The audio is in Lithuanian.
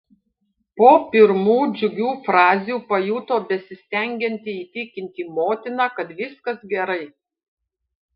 po pirmų džiugių frazių pajuto besistengianti įtikinti motiną kad viskas gerai